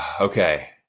okay